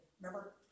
remember